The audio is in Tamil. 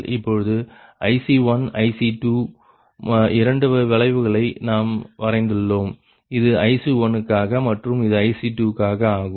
இப்பொழுது IC1 IC2இரண்டு வளைவுகளை நாம் வரைந்துள்ளோம் இது IC1 க்காக மற்றும் இது IC2 க்காக ஆகும்